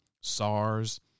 SARS